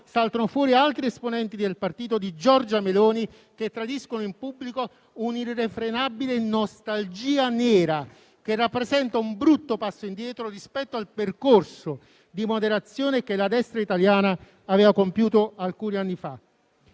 saltano fuori altri esponenti del partito di Giorgia Meloni che tradiscono in pubblico un'irrefrenabile nostalgia nera che rappresenta un brutto passo indietro rispetto al percorso di moderazione che la destra italiana aveva compiuto alcuni anni fa.